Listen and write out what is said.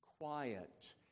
quiet